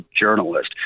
journalist